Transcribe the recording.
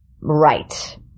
Right